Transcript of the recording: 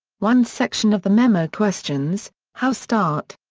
one section of the memo questions how start,